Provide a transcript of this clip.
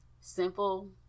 simple